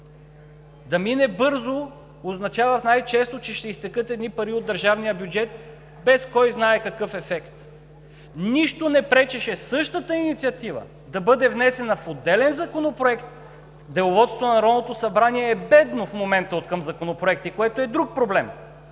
Да мине бързо, означава най-често, че ще изтекат едни пари от държавния бюджет без кой знае какъв ефект. Нищо не пречеше същата инициатива да бъде внесена в отделен законопроект – Деловодството на Народното събрание е бедно в момента откъм законопроекти, което е друг проблем,